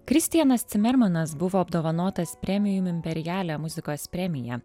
kristianas cimermanas buvo apdovanotas premium imperiale muzikos premija